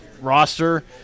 roster